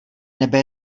nebe